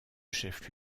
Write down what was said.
chef